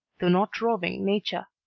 though not roving nature.